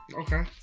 Okay